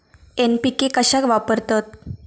NPK कशाक वापरतत?